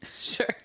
sure